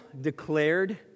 declared